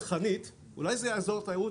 אולי זה יעזור לתיירות,